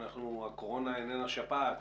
הקורונה איננה שפעת,